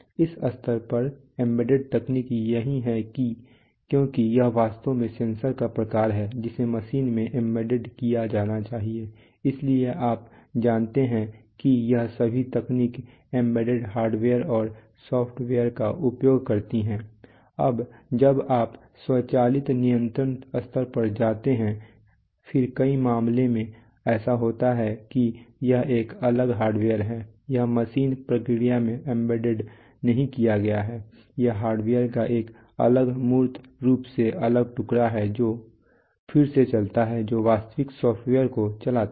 इस स्तर पर एंबेडेड तकनीक यही है क्योंकि यह वास्तव में सेंसर का प्रकार है जिसे मशीन में एम्बेड किया जाना चाहिए इसलिए आप जानते हैं कि यह सभी तकनीक एम्बेडेड हार्डवेयर और सॉफ्टवेयर का उपयोग करती है जब आप स्वचालित नियंत्रण स्तर पर जाते हैं फिर कई मामलों में ऐसा होता है कि यह एक अलग हार्डवेयर है यह मशीन प्रक्रिया में एम्बेड नहीं किया गया है यह हार्डवेयर का एक अलग मूर्त रूप से अलग टुकड़ा है जो फिर से चलता है जो वास्तविक सॉफ्टवेयर को चलाता है